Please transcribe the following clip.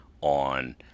on